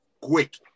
quick